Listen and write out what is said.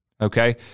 Okay